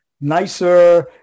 nicer